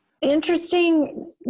Interesting